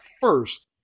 first